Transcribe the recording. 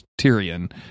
Tyrion